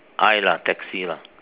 I lah taxi lah